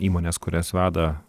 įmones kurias veda